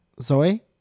Zoe